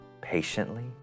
patiently